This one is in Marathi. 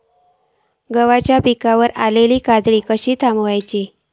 गव्हाच्या पिकार इलीली काजळी कशी थांबव?